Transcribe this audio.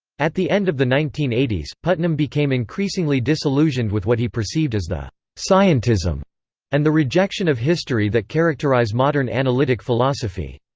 at the end of the nineteen eighty s, putnam became increasingly disillusioned with what he perceived as the scientism and the rejection of history that characterize modern analytic philosophy.